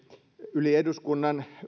yli eduskunnan